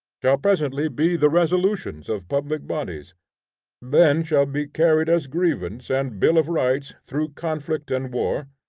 shall presently be the resolutions of public bodies then shall be carried as grievance and bill of rights through conflict and war,